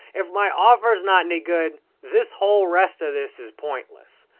if my offer's not any good, this whole rest of this is pointless.